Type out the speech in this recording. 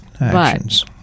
actions